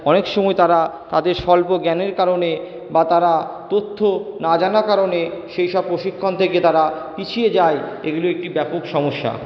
অনেক সময় তারা তাদের স্বল্প জ্ঞানের কারণে বা তারা তথ্য না জানার কারণে সেই সব প্রশিক্ষণ থেকে তারা পিছিয়ে যায় এগুলি একটি ব্যাপক সমস্যা